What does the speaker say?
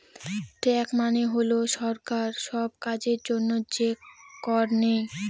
tax মানে হল সরকার সব কাজের জন্য যে কর নেয়